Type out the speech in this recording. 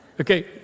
Okay